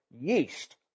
yeast